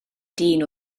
dyn